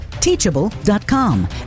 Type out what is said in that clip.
teachable.com